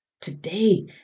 Today